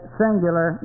singular